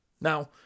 now